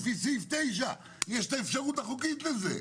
יש את האפשרות החוקית להפעיל את סעיף 9 אל מול הביטוח הלאומי.